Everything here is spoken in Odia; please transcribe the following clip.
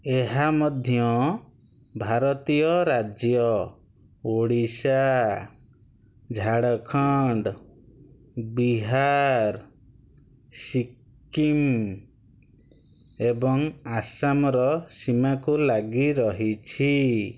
ଏହା ମଧ୍ୟ ଭାରତୀୟ ରାଜ୍ୟ ଓଡ଼ିଶା ଝାଡ଼ଖଣ୍ଡ ବିହାର ସିକ୍କିମ ଏବଂ ଆସାମର ସୀମାକୁ ଲାଗି ରହିଛି